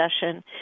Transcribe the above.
session